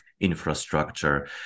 infrastructure